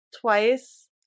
Twice